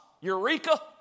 Eureka